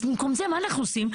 אז במקום זה מה אנחנו עושים?